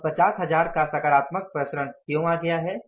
अब ५० हजार का सकारात्मक प्रसारणक्यों आ गया है